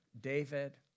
David